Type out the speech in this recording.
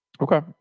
Okay